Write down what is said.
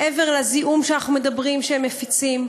מעבר לזיהום שאנחנו מדברים על כך שהם מפיצים,